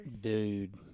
dude